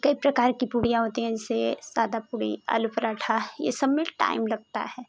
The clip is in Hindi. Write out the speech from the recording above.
कई प्रकार कि पूरियाँ होती हैं जिसे सादा पूरी आलू परांठा ये सब में टाइम लगता है